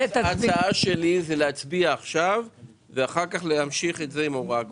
ההצעה שלי היא להצביע עכשיו ואחר כך להמשיך את זה עם הוראה קבועה.